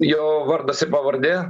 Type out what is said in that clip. jo vardas ir pavardė